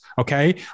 Okay